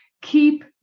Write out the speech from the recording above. Keep